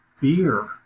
fear